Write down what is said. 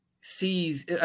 sees